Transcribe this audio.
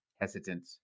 hesitant